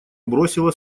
бросило